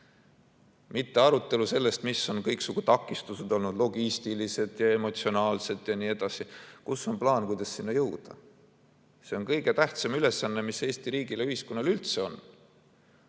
mitte arutelu sellest, mis on kõiksugu takistused olnud, logistilised ja emotsionaalsed jne. Kus on plaan, kuidas sinna jõuda? See on kõige tähtsam ülesanne, mis Eesti riigil ja ühiskonnal üldse on.